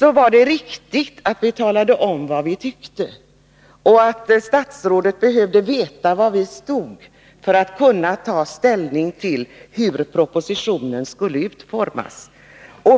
var riktigt att tala om vad vi tyckte. Vi ansåg att statsrådet behövde veta var vi stod för att kunna ta ställning till hur propositionen skulle utformas.